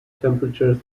temperatures